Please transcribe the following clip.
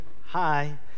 hi